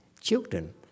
children